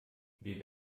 wir